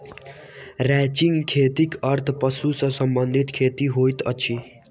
ranching खेतीक अर्थ पशु सॅ संबंधित खेती होइत अछि